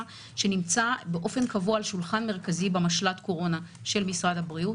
שנמצא באופן קבוע על שולחן מרכזי במשל"ט הקורונה של משרד הבריאות.